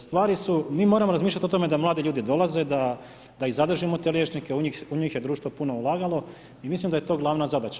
Stvari su, mi moramo razmišljati o tome, da mladi ljudi dolaze, da zadržimo te liječnike, u njih je društvo puno ulagalo i mislim da je to glavna zadaća.